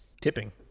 Tipping